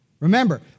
Remember